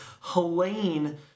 Helene